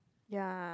ya